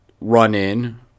run-in